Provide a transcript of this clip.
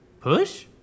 Push